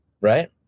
right